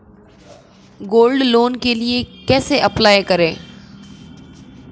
Gold loan के लिए कैसे अप्लाई करें?